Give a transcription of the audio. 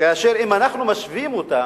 כאשר אם אנחנו משווים אותה,